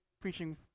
preaching